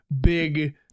big